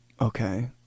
Okay